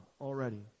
already